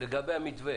לגבי המתווה.